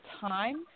time